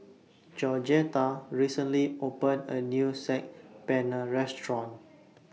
Georgetta recently opened A New Saag Paneer Restaurant